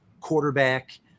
quarterback